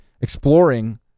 exploring